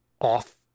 off